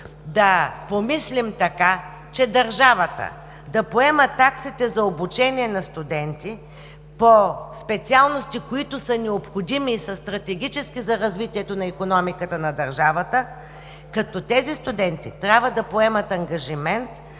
да помислим така, че държавата да поема таксите за обучение на студенти по специалности, които са необходими и са стратегически за развитието на икономиката на държавата, като тези студенти трябва да поемат ангажимент